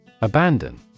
Abandon